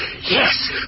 Yes